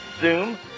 Zoom